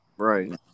Right